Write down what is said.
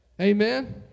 Amen